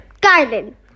garden